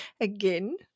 again